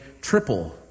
triple